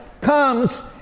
comes